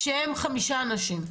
שהצוות הם חמישה אנשים?